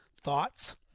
Thoughts